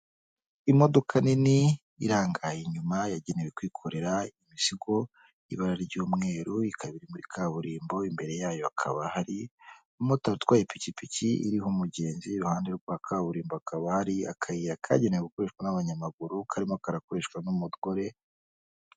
Imodoka nini irangaye inyuma yagenewe kwikorera imizigo y'ibara ry'umweru ikaba iri muri kaburimbo, imbere yayo hakaba hari umumotari utwaye ipikipiki iriho umugenzi, iruhande rwa kaburimbo hakaba hari akayira kagenewe gukoreshwa n'abanyamaguru karimo karakoreshwa n'umugore.